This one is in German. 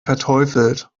verteufelt